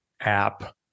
app